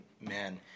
men